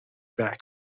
backs